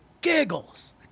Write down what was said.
giggles